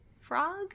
Frog